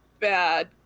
bad